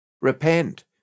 Repent